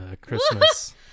christmas